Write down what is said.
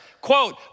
quote